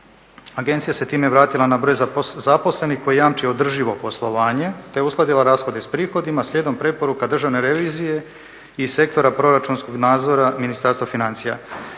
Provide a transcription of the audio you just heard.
Agencija se time vratila na broj zaposlenih koji jamči održivo poslovanje te uskladila rashode sa prihodima slijedom preporuka državne revizije i sektora proračunskog nadzora Ministarstva financija.